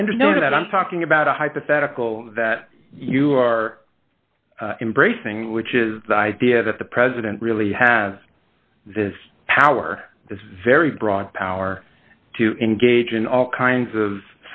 understand that i'm talking about a hypothetical that you are embracing which is the idea that the president really have this power this very broad power to engage in all kinds of